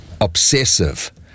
obsessive